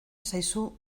zaizu